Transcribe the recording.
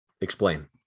Explain